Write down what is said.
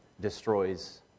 destroys